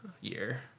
year